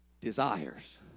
desires